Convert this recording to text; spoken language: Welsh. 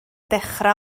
dechrau